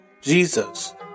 Jesus